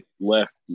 left